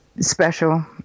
special